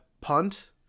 punt